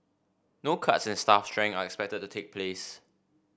no cuts in staff strength are expected to take place